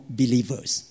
believers